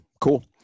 cool